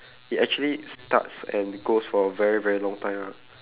it actually starts and goes for a very very long time ah